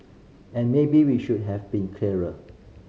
and maybe we should have been clearer